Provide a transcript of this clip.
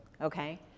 Okay